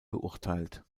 beurteilt